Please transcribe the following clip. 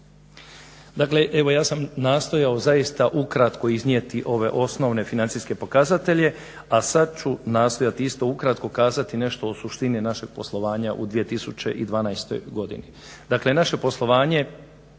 Dakle evo ja sam nastojao zaista ukratko iznijeti ove osnovne financijske pokazatelje, a sad ću nastojati isto ukratko kazati nešto o suštini našeg poslovanja u 2012. godini.